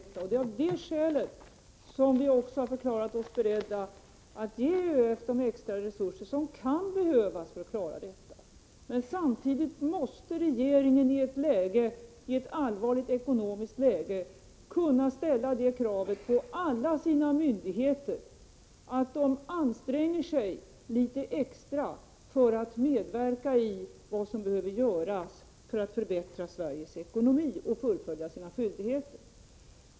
Det är av det skälet som vi också har förklarat oss beredda att ge ÖEF de extra resurser som kan behövas. Samtidigt måste regeringen i ett allvarligt ekonomiskt läge kunna ställa det kravet på alla sina myndigheter att de anstränger sig litet extra och medverkar i vad som behöver göras för att förbättra Sveriges ekonomi och ändå fullgöra sina skyldigheter.